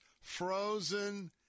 frozen